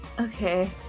Okay